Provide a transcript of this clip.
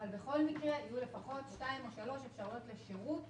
כשבכל מקרה יהיו לפחות שתיים או שלוש אפשרויות לשירות